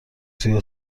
توی